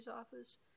office